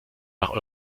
nach